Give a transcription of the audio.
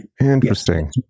Interesting